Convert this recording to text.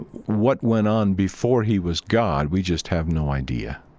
what went on before he was god, we just have no idea.